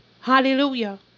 Hallelujah